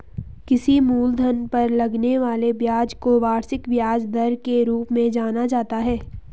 किसी मूलधन पर लगने वाले ब्याज को वार्षिक ब्याज दर के रूप में जाना जाता है